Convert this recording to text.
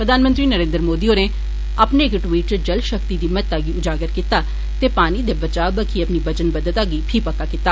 प्रधानमंत्री नरेन्द्र मोदी होरें अपने इक ट्वीट च जल शक्ति दी महत्ता गी उजागर कीता ते पानी दे बचाव बक्खी अपनी बचनवद्वता गी फीह् पक्का कीता